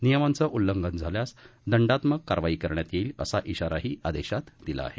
नियमाचं उल्लंघन झाल्यास दण्डात्मक कारवाई करण्यात येईल असा श्रीाराही आदेशात दिला आहे